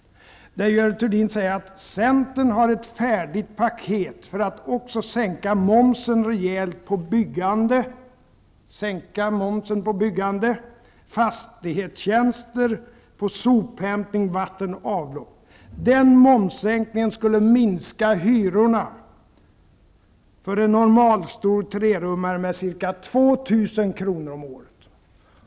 I det sammanhanget sade Görel Thurdin: Centern har ett färdigt paket för att också sänka momsen rejält på byggande, fastighetstjänster, sophämtning, vatten och avlopp. Den momssänkningen skulle minska hyrorna för en normalstor trerummare med ca 2 000 kr. om året.